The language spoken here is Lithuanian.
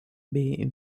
bei